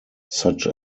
such